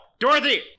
Dorothy